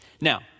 Now